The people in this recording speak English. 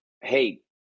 hey